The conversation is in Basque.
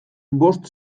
bost